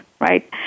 right